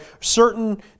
certain